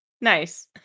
Nice